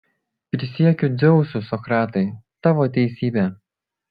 prisiekiu dzeusu sokratai tavo teisybė